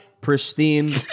pristine